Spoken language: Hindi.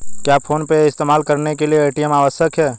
क्या फोन पे ऐप इस्तेमाल करने के लिए ए.टी.एम आवश्यक है?